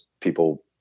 people